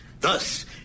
Thus